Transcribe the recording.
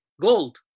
gold